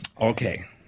Okay